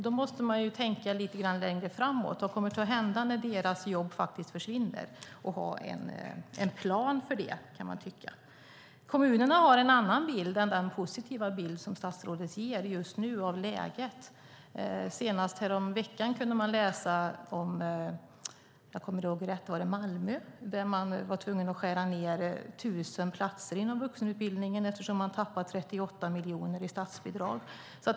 Då måste man tänka lite längre framåt på vad som kommer att hända när deras jobb försvinner och ha en plan för det. Kommunerna har en annan bild än den positiva bild som statsrådet ger just nu av läget. Senast häromveckan kunde man läsa om Malmö, om jag kommer ihåg rätt, där man var tvungen att skära ned 1 000 platser inom vuxenutbildningen eftersom man tappar 38 miljoner i statsbidrag.